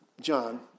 John